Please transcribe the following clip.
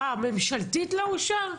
איך זה שהצעה ממשלתית לא אושרה?